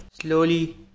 Slowly